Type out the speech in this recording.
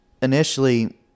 initially